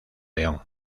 león